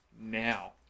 now